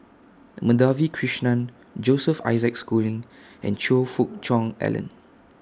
Madhavi Krishnan Joseph Isaac Schooling and Choe Fook Cheong Alan